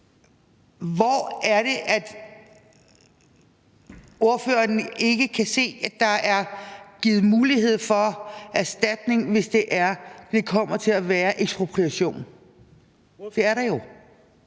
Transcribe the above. Hvor er det, at ordføreren ikke kan se, at der er givet mulighed for erstatning, hvis det er ekspropriation? Det er der jo.